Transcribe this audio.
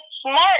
smart